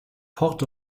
port